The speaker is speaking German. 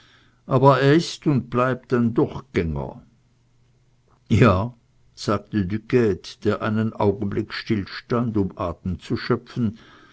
aber er ist und bleibt ein durchgänger ja sagte duquede der einen augenblick still stand um atem zu schöpfen